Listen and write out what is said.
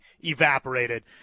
evaporated